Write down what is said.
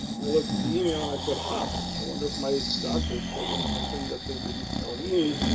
i looked at the email and i said, huh, i wonder if my doctor has told them something that they didn't tell me.